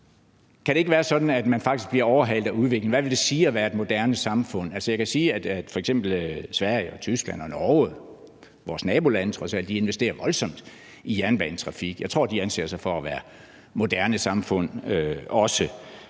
kan det ikke være sådan, at man faktisk bliver overhalet af udviklingen? Hvad vil det sige at være et moderne samfund? Altså, jeg kan sige, at f.eks. Sverige, Tyskland og Norge – vores nabolande, trods alt – investerer voldsomt i jernbanetrafik, og jeg tror, de anser sig for også at være moderne samfund.